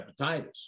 hepatitis